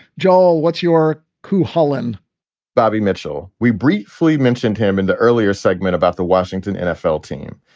joel, what's your coup, holon bobby mitchell, we briefly mentioned him in the earlier segment about the washington nfl team.